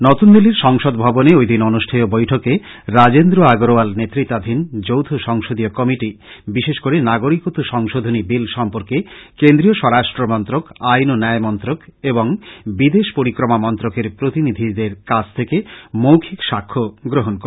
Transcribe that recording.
নতুনদিল্লীর সংসদভবনে ঐদিন অনুষ্ঠেয় বৈঠকে রাজেন্দ্র আগরওয়াল নেতৃত্বাধীন যৌথ সংসদীয় কমিটি বিশেষ করে নাগরীকত্ব আইন সংশোধনী বিল সম্পর্কে কেন্দ্রীয় স্বরাষ্ট্র মন্ত্রনালয় আইন ও ন্যায় মন্ত্রনালয় এবং বিদেশ পরিক্রমা মন্ত্রনালয়ের প্রতিনিধিদের কাছ থেকে মৌখিক প্রমাণ গ্রহন করবে